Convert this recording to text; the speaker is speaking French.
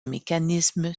mécanisme